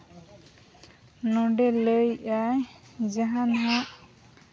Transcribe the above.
ᱱᱚᱸᱰᱮ ᱞᱟᱹᱭᱮᱫᱟᱭ ᱡᱟᱦᱟᱱᱟᱜ